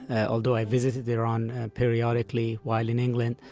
ah although i visited iran periodically while in england.